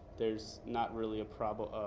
there's not really a problem